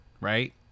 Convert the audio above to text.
right